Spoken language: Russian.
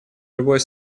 любой